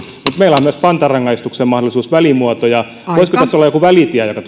meillä on myös pantarangaistuksen mahdollisuus välimuotoja voisiko tässä olla joku välitie joka